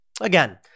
Again